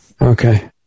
Okay